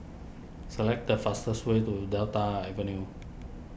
select the fastest way to Delta Avenue